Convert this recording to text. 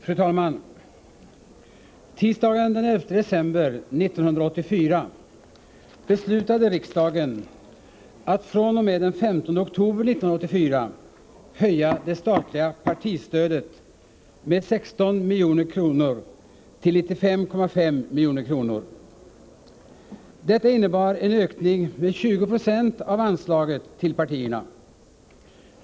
Fru talman! Tisdagen den 11 december 1984 beslutade riksdagen att fr.o.m. den 15 oktober 1984 höja det statliga partistödet med 16 milj.kr. till 95,5 milj.kr. Detta innebar en ökning med 20 96 av anslaget till partierna.